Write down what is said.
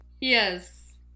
Yes